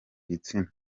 gitsina